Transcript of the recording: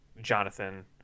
Jonathan